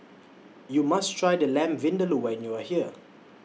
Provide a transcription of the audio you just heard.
YOU must Try The Lamb Vindaloo when YOU Are here